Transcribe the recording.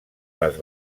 les